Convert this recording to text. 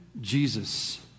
Jesus